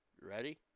Ready